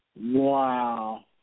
wow